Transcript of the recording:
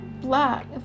black